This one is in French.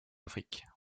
afrique